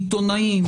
עיתונאים,